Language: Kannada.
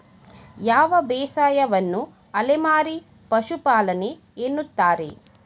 ಯಾವ ಬೇಸಾಯವನ್ನು ಅಲೆಮಾರಿ ಪಶುಪಾಲನೆ ಎನ್ನುತ್ತಾರೆ?